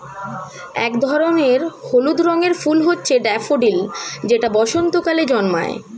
এক ধরনের হলুদ রঙের ফুল হচ্ছে ড্যাফোডিল যেটা বসন্তকালে জন্মায়